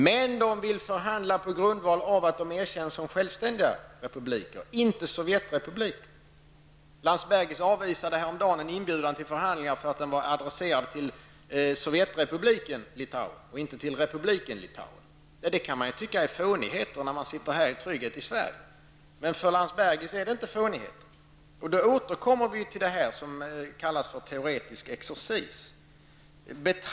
Men de vill förhandla på grundval av att de erkänns som självständiga republiker, inte Landsbergis avvisade häromdagen en inbjudan till förhandlingar därför att den var adresserad till sovjetrepubliken Litauen och inte till republiken Litauen. Det kan man tycka är fånigheter när man sitter i trygghet här i Sverige. Men för Landsbergis är det inte fånigheter. Då återkommer vi till det som kallas för teoretisk exercis.